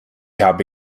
habe